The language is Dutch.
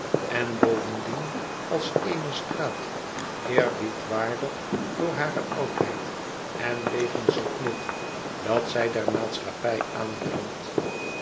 en bovendien als eene straat eerbiedwaardig door hare oudheid en wegens net nut dat zij der maatschappij aanbrengt